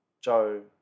Joe